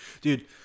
dude